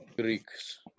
Greeks